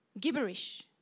gibberish